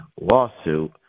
lawsuit